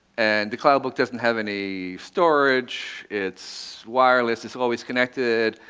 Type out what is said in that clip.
and the cloudbook doesn't have any storage. it's wireless. it's always connected.